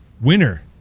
Winner